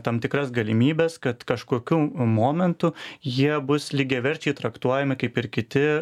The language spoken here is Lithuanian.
tam tikras galimybes kad kažkokiu momentu jie bus lygiaverčiai traktuojami kaip ir kiti